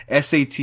SAT